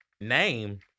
Name